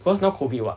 cause now COVID [what]